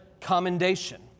commendation